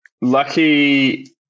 Lucky